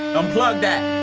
unplug